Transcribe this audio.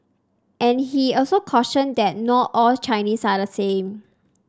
and he also cautioned that not all Chinese are the same